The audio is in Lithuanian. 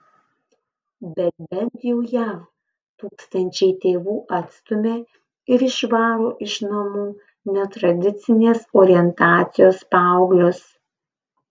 bet bent jau jav tūkstančiai tėvų atstumia ir išvaro iš namų netradicinės orientacijos paauglius